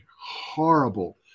horrible